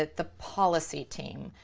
ah the policy team.